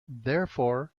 therefore